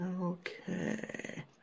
Okay